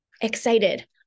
excited